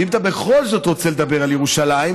ואם אתה בכל זאת רוצה לדבר על ירושלים,